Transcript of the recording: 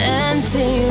empty